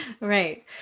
Right